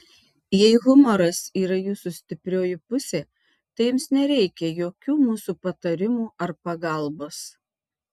jei humoras yra jūsų stiprioji pusė tai jums nereikia jokių mūsų patarimų ar pagalbos